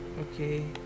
okay